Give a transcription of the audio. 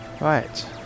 Right